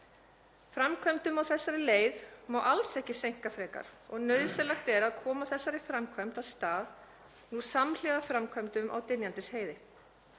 Framkvæmdum á þessari leið má alls ekki seinka frekar og nauðsynlegt er að koma þessari framkvæmd af stað samhliða framkvæmdum á Dynjandisheiði.